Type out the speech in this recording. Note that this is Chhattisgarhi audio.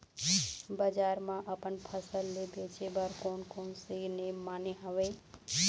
बजार मा अपन फसल ले बेचे बार कोन कौन सा नेम माने हवे?